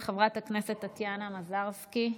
חברת הכנסת טטיאנה מזרסקי,